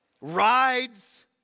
rides